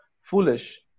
foolish